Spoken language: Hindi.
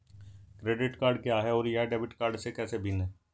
क्रेडिट कार्ड क्या है और यह डेबिट कार्ड से कैसे भिन्न है?